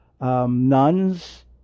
nuns